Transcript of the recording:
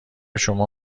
شما